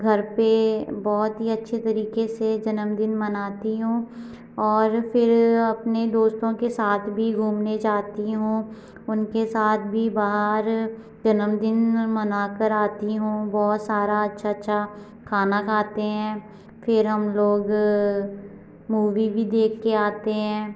घर पे बहुत ही अच्छे तरीके से जन्मदिन मनती हूँ और फिर अपने दोस्तों के साथ भी घुमने जाती हूँ उनके साथ भी बाहर जन्मदिन मना कर आती हूँ बहुत सारा अच्छा अच्छा खाना खाते हैं फिर हम लोग मूवी भी देख के आते हैं